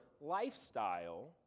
lifestyle